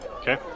Okay